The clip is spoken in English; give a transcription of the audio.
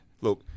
Look